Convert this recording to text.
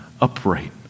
upright